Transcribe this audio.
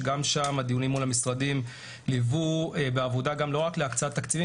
שגם שם הדיונים מול המשרדים לוו בעבודה לא רק להקצאת תקציבים,